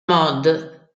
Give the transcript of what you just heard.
mod